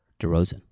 DeRozan